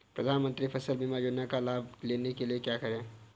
प्रधानमंत्री फसल बीमा योजना का लाभ लेने के लिए क्या करें?